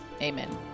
Amen